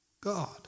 God